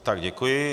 Tak děkuji.